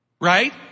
Right